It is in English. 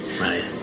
Right